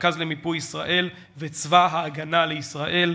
המרכז למיפוי ישראל וצבא הגנה לישראל,